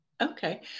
Okay